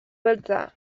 beltza